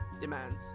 demands